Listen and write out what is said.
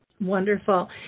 Wonderful